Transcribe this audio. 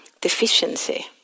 deficiency